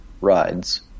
rides